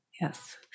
yes